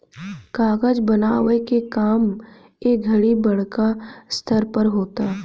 कागज बनावे के काम ए घड़ी बड़का स्तर पर होता